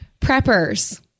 preppers